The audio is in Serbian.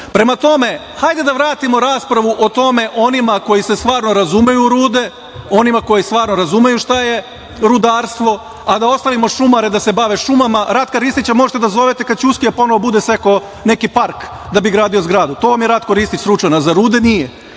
rude. Prema tome, ajde da vratimo raspravu o tome onima koji se stvarno razumeju u rude, onima koji stvarno razumeju šta je rudarstvo, a da ostavimo šumare da se bave šumama. Ratka Ristića možete da zovete kada Ćuskija ponovo bude sekao neki park da bi gradio zgradu. Za to vam je Ratko Ristić stručnjak, a za rude